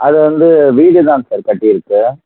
அது வந்து வீடுதான் சார் கட்டியிருக்கோம்